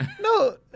No